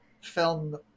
film